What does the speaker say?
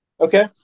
Okay